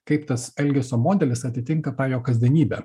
kaip tas elgesio modelis atitinka tą jo kasdienybę